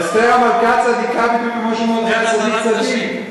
אסתר המלכה צדיקה בדיוק כמו שמרדכי הצדיק צדיק.